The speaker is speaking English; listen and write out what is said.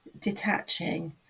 detaching